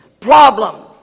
problem